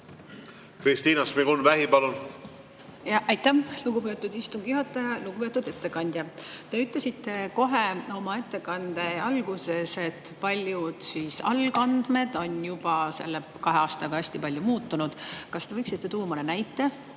Kristina Šmigun-Vähi, palun! Aitäh, lugupeetud istungi juhataja! Lugupeetud ettekandja! Te ütlesite kohe oma ettekande alguses, et paljud algandmed on juba kahe aastaga hästi palju muutunud. Kas te võiksite tuua mõne näite,